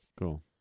Cool